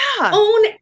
Own